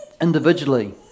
Individually